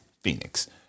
Phoenix